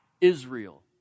Israel